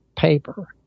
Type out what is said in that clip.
Paper